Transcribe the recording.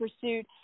pursuit